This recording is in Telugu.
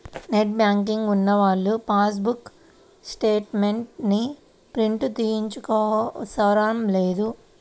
నెట్ బ్యాంకింగ్ ఉన్నవాళ్ళు పాస్ బుక్ స్టేట్ మెంట్స్ ని ప్రింట్ తీయించుకోనవసరం లేదు